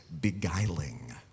beguiling